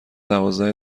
دوازده